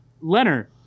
Leonard